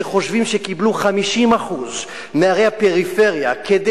שחושבים שקיבלו 50% מהקולות בערי הפריפריה כדי